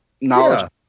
knowledge